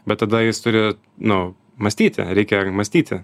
bet tada jis turi nu mąstyti reikia mąstyti